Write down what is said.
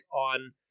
on